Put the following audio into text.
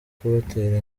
kubatera